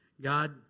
God